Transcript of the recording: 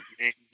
names